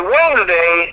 Wednesday